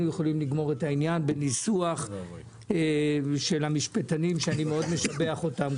יכולים לסיים את העניין בניסוח של המשפטנים שאני מאוד משבח אותם.